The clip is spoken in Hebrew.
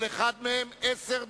כל אחד מהם, עשר דקות.